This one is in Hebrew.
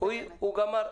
שהוא גמר.